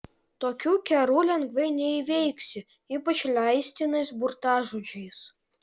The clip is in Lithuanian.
tokių kerų lengvai neįveiksi ypač leistinais burtažodžiais